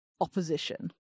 opposition